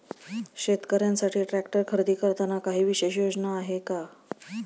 शेतकऱ्यांसाठी ट्रॅक्टर खरेदी करताना काही विशेष योजना आहेत का?